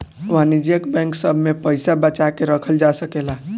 वाणिज्यिक बैंक सभ में पइसा बचा के रखल जा सकेला